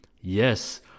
Yes